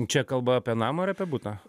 čia kalba apie namą ar apie butą